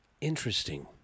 Interesting